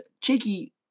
cheeky